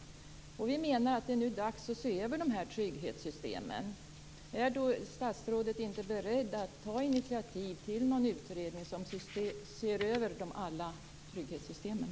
Vi menar att det är dags att se över trygghetssystemen. Är statsrådet inte beredd att ta initiativ till en utredning som ser över alla trygghetssystemen?